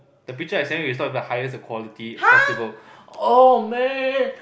the picture I send you is not even a highest quality possible oh man